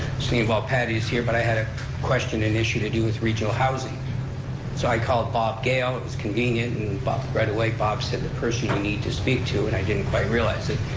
selina volpatti's here, but i had a question and issue to do with regional housing so i called bob gale, it was convenient, and right away bob said the person you need to speak to, and i didn't quite realize it,